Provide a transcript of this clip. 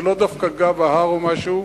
זה לא דווקא גב ההר או משהו,